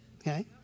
Okay